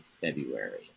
February